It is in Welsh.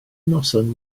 noson